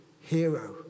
hero